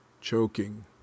choking